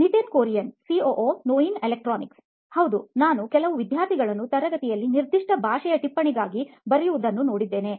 Nitin Kurian COO ನೋಯಿನ್ electronics ಹೌದು ನಾನು ಕೆಲವು ವಿದ್ಯಾರ್ಥಿಗಳನ್ನು ತರಗತಿ ಯಲ್ಲಿ ನಿರ್ದಿಷ್ಟ ಭಾಷೆಯ ಟಿಪ್ಪಣಿಗಳಿಗಾಗಿ ಬರೆಯುವುದ್ದನು ನೋಡಿದ್ದೇನೆ